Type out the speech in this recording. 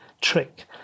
trick